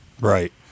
Right